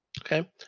Okay